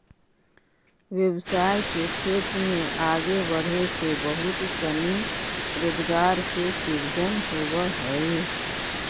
व्यवसाय के क्षेत्र में आगे बढ़े से बहुत सनी रोजगार के सृजन होवऽ हई